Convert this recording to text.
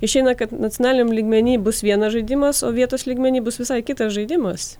išeina kad nacionaliniam lygmeny bus vienas žaidimas o vietos lygmeny bus visai kitas žaidimas